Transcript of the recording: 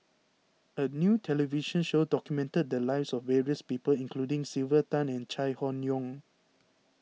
a new television show documented the lives of various people including Sylvia Tan and Chai Hon Yoong